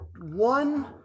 one